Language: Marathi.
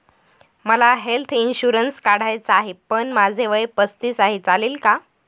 मला हेल्थ इन्शुरन्स काढायचा आहे पण माझे वय पस्तीस आहे, चालेल का?